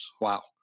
Wow